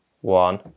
one